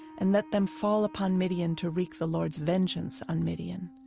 and let them fall upon midian to wreak the lord's vengeance on midian.